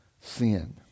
sin